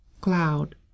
Cloud